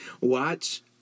Watch